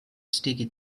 sticky